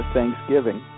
Thanksgiving